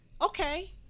Okay